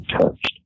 touched